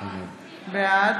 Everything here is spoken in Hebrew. בעד